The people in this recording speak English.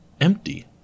empty